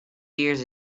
years